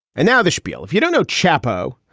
and now the spiel. if you don't know chapo,